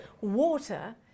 water